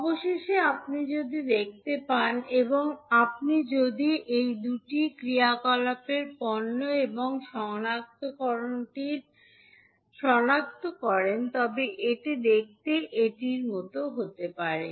অবশেষে যদি আপনি দেখতে পান এবং আপনি যদি এই দুটি ক্রিয়াকলাপের পণ্য এবং সংহতকরণটি সনাক্ত করেন তবে এটি দেখতে এটির মতো দেখাতে পারে